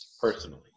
Personally